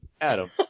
Adam